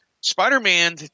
Spider-Man